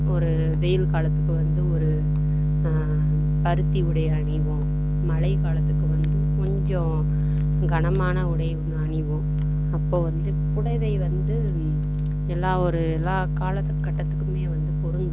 ஒரு வெயில் காலத்துக்கு வந்து ஒரு பருத்தி உடை அணிவோம் மழை காலத்துக்கு வந்து கொஞ்சம் கனமான உடை அணிவோம் அப்போ வந்து புடவை வந்து எல்லா ஒரு எல்லா காலத்து கட்டத்துக்குமே வந்து பொருந்தும்